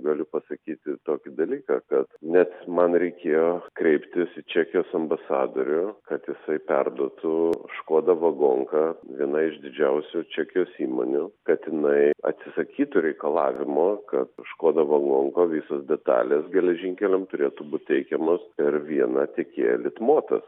galiu pasakyti tokį dalyką kad net man reikėjo kreiptis į čekijos ambasadorių kad jisai perduotų škoda vagonka viena iš didžiausių čekijos įmonių kad jinai atsisakytų reikalavimo kad škoda vagonka visos detalės geležinkeliams turėtų būti teikiamos per vieną tiekėją litmotas